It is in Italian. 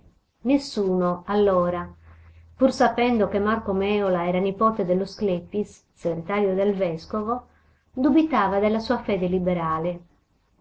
nessuno allora pur sapendo che marco mèola era nipote dello sclepis segretario del vescovo dubitava della sua fede liberale